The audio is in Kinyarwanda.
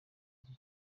iyi